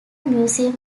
museum